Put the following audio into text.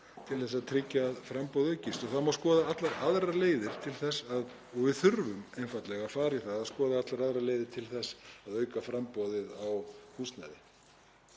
til að tryggja að framboð aukist. Það má skoða allar aðrar leiðir og við þurfum einfaldlega að fara í það að skoða allar aðrar leiðir til þess að auka framboð á húsnæði.